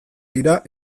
dira